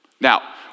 Now